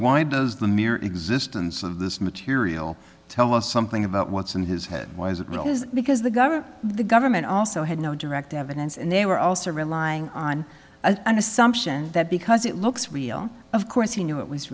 why does the mere existence of this material tell us something about what's in his head why is it was because the government the government also had no direct evidence and they were also relying on an assumption that because it looks real of course he knew it was